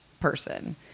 person